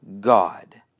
God